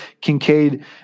Kincaid